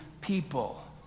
people